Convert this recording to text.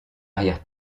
arrière